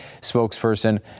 Spokesperson